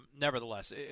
nevertheless